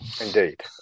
indeed